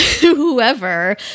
whoever